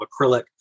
acrylic